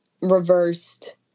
reversed